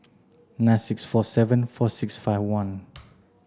nine six four seven four six five one